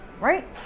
right